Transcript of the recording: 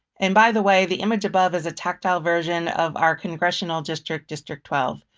and by the way, the image above is a tactile version of our congressional district, district twelve.